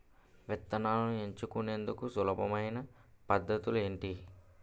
విత్తనాలను ఎంచుకునేందుకు సులభమైన పద్ధతులు ఏంటి?